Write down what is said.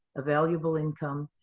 ah valuable income,